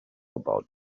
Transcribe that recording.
about